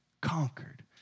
Conquered